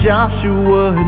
Joshua